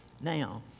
now